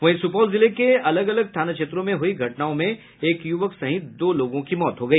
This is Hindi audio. वहीं सुपौल जिले के अलग अलग थाना क्षेत्रों में हुई घटनाओं में एक युवक सहित दो लोगों की मौत हो गई